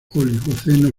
oligoceno